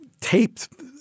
taped